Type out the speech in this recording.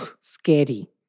scary